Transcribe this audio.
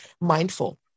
mindful